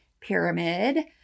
pyramid